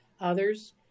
others